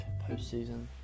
postseason